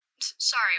Sorry